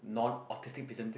not artistic presented